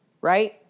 right